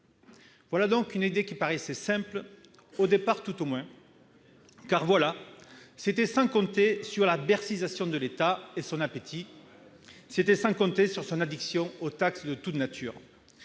adhéré. L'idée paraissait simple, au départ tout du moins. Mais voilà, c'était sans compter sur la « bercysation » de l'État et son appétit. C'était sans compter sur son addiction aux taxes de toute nature